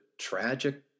tragic